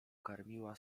karmiła